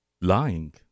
lying